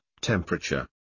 temperature